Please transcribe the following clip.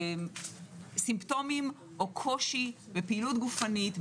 סימפטומים או קושי בפעילות גופנית,